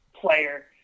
player